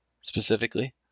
specifically